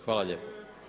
Hvala lijepo.